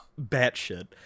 batshit